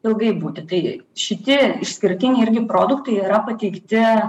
ilgai būti tai šitie išskirtiniai irgi produktai yra pateikti